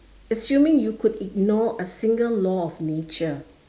assuming you could ignore a single law of nature